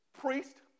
priest